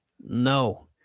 No